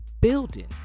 building